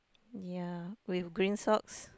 yea with green socks